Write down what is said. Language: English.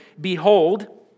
behold